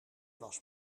was